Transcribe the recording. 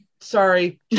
sorry